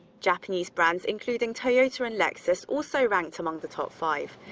japanese brands including toyota and lexus also ranked among the top five.